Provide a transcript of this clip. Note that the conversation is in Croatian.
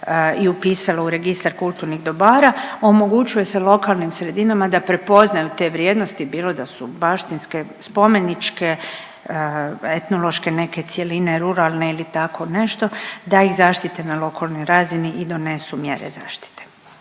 i upisalo u Registar kulturnih dobara, omogućuje se lokalnim sredinama da prepoznaju te vrijednosti bilo da su baštinske, spomeničke, etnološke neke cjeline, ruralne ili tako nešto, da ih zaštite na lokalnoj razini i donesu mjere zaštite.